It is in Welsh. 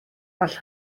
all